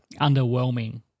underwhelming